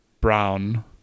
brown